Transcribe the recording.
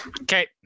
Okay